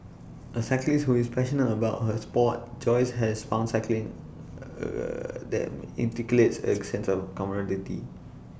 A cyclist who is passionate about her Sport Joyce has founded cycling A that inculcates A sense of camaraderie